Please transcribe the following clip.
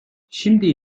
şimdi